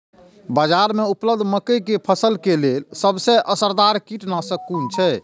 बाज़ार में उपलब्ध मके के फसल के लेल सबसे असरदार कीटनाशक कुन छै?